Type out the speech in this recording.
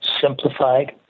simplified